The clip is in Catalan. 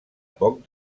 poc